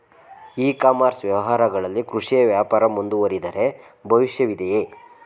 E commerce ವ್ಯವಹಾರಗಳಲ್ಲಿ ಕೃಷಿ ವ್ಯಾಪಾರ ಮುಂದುವರಿದರೆ ಭವಿಷ್ಯವಿದೆಯೇ?